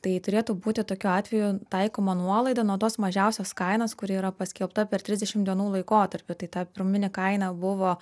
tai turėtų būti tokiu atveju taikoma nuolaida nuo tos mažiausios kainos kuri yra paskelbta per trisdešimt dienų laikotarpį tai ta pirminė kaina buvo